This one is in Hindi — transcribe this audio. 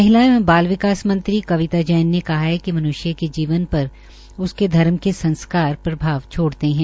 महिला एवं बाल विकास मंत्री कविता जैन ने कहा कि मन्ष्य के जीवन पर उसके धर्म के संस्कार प्रभाव छोड़ते है